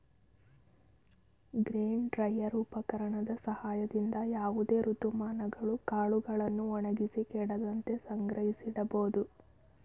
grain dryer ಉಪಕರಣದ ಸಹಾಯದಿಂದ ಯಾವುದೇ ಋತುಮಾನಗಳು ಕಾಳುಗಳನ್ನು ಒಣಗಿಸಿ ಕೆಡದಂತೆ ಸಂಗ್ರಹಿಸಿಡಬೋದು